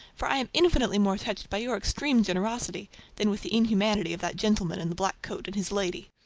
for i am infinitely more touched by your extreme generosity than with the inhumanity of that gentleman in the black coat and his lady.